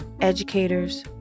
educators